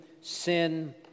sin